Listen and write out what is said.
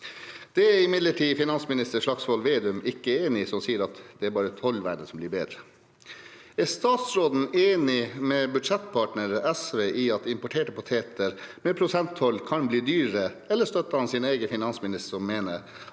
Det er imidlertid finansminister Slagsvold Vedum ikke enig i og sier at det bare er tollvernet som blir bedre. Er statsråden enig med budsjettpartner SV i at importerte poteter med prosenttoll kan bli dyrere, eller støtter han sin egen finansminister, som mener